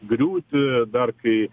griūtį dar kai